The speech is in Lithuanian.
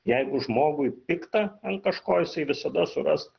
jeigu žmogui pikta ant kažko jisai visada suras